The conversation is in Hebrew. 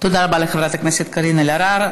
תודה רבה לחברת הכנסת קארין אלהרר.